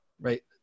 right